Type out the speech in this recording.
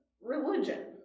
religion